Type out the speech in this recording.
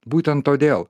būten todėl